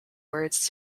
words